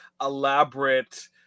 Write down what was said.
elaborate